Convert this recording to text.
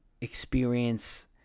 experience